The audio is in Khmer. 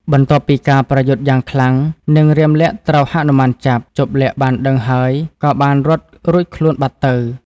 បន្ទាប់ពីការប្រយុទ្ធយ៉ាងខ្លាំង និងរាមលក្សណ៍ត្រូវហនុមានចាប់ ជប្បលក្សណ៍បានដឹងហើយក៏បានរត់រួចខ្លួនបាត់ទៅ។